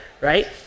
Right